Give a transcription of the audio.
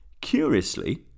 Curiously